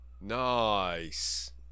Nice